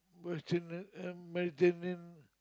Westerner and Mediterranean